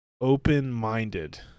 open-minded